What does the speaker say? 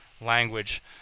language